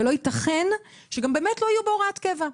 וגם לא ייתכן באמת שלא יהיו בהוראת קבע.